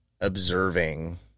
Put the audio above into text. observing